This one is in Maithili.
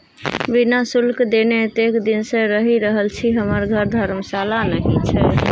बिना शुल्क देने एतेक दिन सँ रहि रहल छी हमर घर धर्मशाला नहि छै